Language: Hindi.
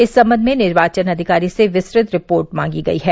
इस संबंध में निर्वाचन अधिकारी से विस्तृत रिपोर्ट मांगी गई है